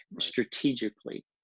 strategically